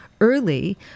early